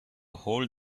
hold